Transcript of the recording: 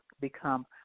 become